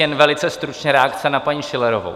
Jen velice stručně reakce na paní Schillerovou.